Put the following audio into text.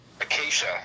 Acacia